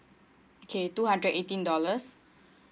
okay two hundred eighteen dollars